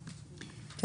זה.